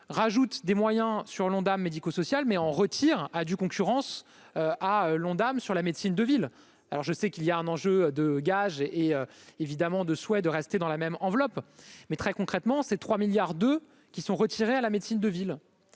rajoute des moyens sur l'Ondam médico-social mais en retire à due concurrence à l'Ondam sur la médecine de ville, alors je sais qu'il y a un enjeu de gage et évidemment de souhait de rester dans la même enveloppe mais très concrètement, ces 3 milliards de qui sont retirés à la médecine de ville,